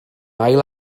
ail